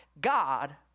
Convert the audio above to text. God